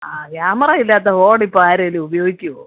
ആ ക്യാമറ ഇല്ലാത്ത ഫോണിപ്പോൾ ആരെങ്കിലും ഉപയോഗിക്കുമോ